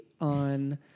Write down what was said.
on